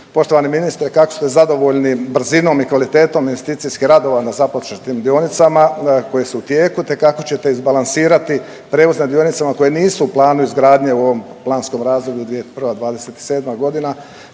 poštovani ministre kako ste zadovoljni brzinom i kvalitetom investicijskih radova na započetim dionicama koje su u tijeku, te kako ćete izbalansirati prijevoz na dionicama koje nisu u planu izgradnje u ovom planskom razdoblju 2021.-2027.